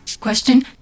Question